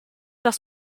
das